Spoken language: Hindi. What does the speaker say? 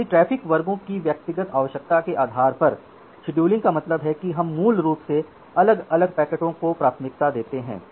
इसलिए ट्रैफ़िक वर्गों की व्यक्तिगत आवश्यकता के आधार पर शेड्यूलिंग का मतलब है कि हम मूल रूप से अलग अलग पैकेटों को प्राथमिकता देते हैं